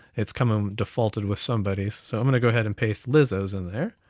it's coming defaulted with somebody. so i'm gonna go ahead, and paste lizzo's in there.